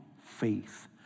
faith